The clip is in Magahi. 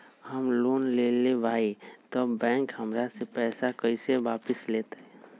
हम लोन लेलेबाई तब बैंक हमरा से पैसा कइसे वापिस लेतई?